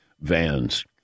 vans